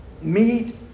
meet